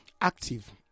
active